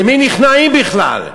למי נכנעים בכלל?